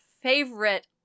favorite